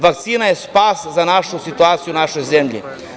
Vakcina je spas za situaciju u našoj zemlji.